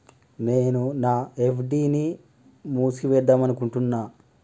నేను నా ఎఫ్.డి ని మూసివేద్దాంనుకుంటున్న